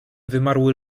wymarły